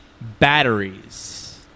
batteries